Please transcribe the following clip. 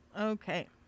Okay